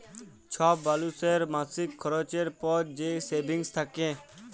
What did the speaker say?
ছব মালুসের মাসিক খরচের পর যে সেভিংস থ্যাকে